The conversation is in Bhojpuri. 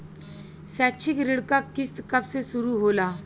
शैक्षिक ऋण क किस्त कब से शुरू होला?